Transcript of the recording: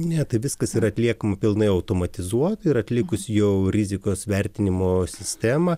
ne tai viskas yra atliekama pilnai automatizuotai ir atlikus jau rizikos vertinimo sistemą